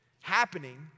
happening